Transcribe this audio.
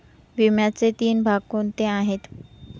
विम्याचे तीन भाग कोणते आहेत?